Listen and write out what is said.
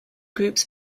groups